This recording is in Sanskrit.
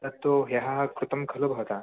तत्तु ह्यः कृतं खलु भवता